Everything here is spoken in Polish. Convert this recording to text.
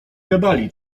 gadali